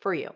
for you?